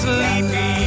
Sleepy